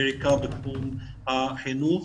בעיקר בתחום החינוך.